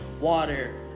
water